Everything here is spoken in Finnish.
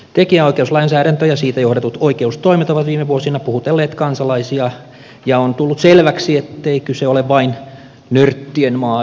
tekijänoikeuslainsäädäntö ja siitä johdetut oikeustoimet ovat viime vuosina puhutelleet kansalaisia ja on tullut selväksi ettei se ole vain nörttien maailmasta